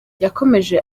yakomeje